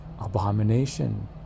abomination